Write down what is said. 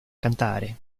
cantare